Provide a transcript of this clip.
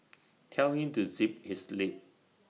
tell him to zip his lip